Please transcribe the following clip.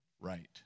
right